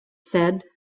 said